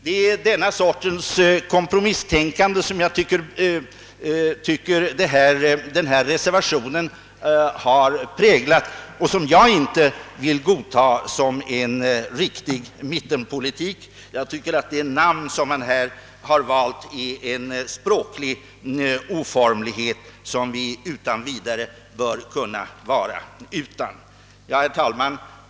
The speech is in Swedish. Det är denna sorts kompromisstänkande som enligt min mening har präglat denna reservation och som jag inte vill godta som riktig mittenpolitik. Det namn som man har valt är en språklig oformlighet, som vi utan vidare bör kunna undvara. Herr talman!